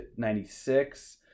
96